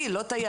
מי לא תייר,